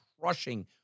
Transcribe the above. crushing